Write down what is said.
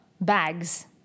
bags